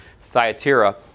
Thyatira